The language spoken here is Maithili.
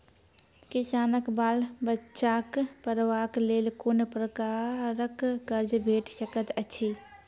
किसानक बाल बच्चाक पढ़वाक लेल कून प्रकारक कर्ज भेट सकैत अछि?